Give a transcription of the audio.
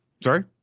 Sorry